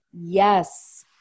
Yes